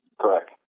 Correct